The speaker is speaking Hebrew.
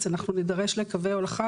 הם מדברים בנושא של ביזור הסמכויות.